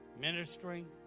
ministering